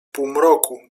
półmroku